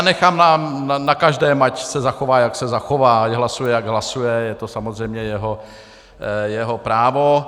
Nechám na každém, ať se zachová, jak se zachová, ať hlasuje, jak hlasuje, je to samozřejmě jeho právo.